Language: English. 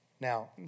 Now